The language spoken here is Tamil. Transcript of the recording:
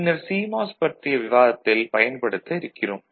பின்னர் சிமாஸ் பற்றிய விவாதத்தில் பயன்படுத்த இருக்கிறோம்